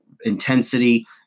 intensity